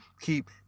keep